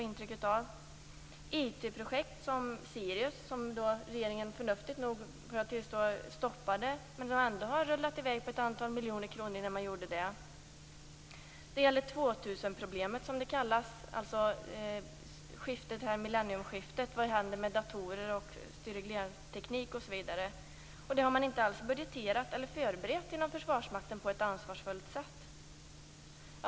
IT-projekt som SIRIUS har regeringen förnuftigt nog stoppat, men det hann rulla i väg miljontals kronor. Sedan är det 2000-problemet, dvs. millenniumskiftet. Vad händer med datorer, styr och reglerteknik osv.? Detta har man inte budgeterat för eller förberett inom Försvarsmakten på ett ansvarsfullt sätt.